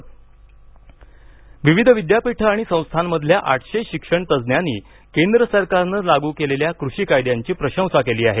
शिक्षणतज्ज्ञ कृषी कायदे विविध विद्यापीठं आणि संस्थांमधल्या आठशे शिक्षणतज्ज्ञांनी केंद्र सरकारनं लागू केलेल्या कृषी कायद्यांची प्रशंसा केली आहे